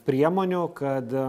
priemonių kad